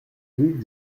rue